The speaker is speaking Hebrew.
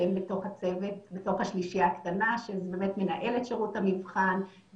שהם בתוך השלישייה הקטנה שזה מנהלת שירות המבחן,